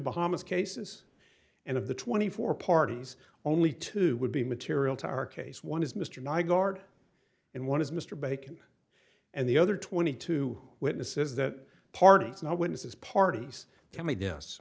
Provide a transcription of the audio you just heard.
bahamas cases and of the twenty four parties only two would be material to our case one is mr nygaard and one is mr bacon and the other twenty two witnesses that parties no witnesses parties